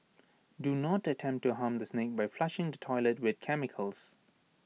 do not attempt to harm the snake by flushing the toilet with chemicals